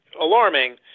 alarming